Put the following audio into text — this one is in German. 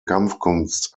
kampfkunst